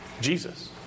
Jesus